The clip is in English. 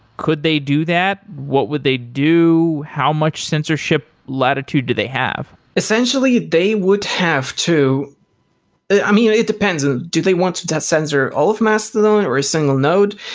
could they do that? what would they do? how much censorship latitude do they have? essentially, they would have to i mean, it depends. ah do they want to to censor all of mastodon or a single node?